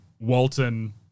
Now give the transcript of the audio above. Walton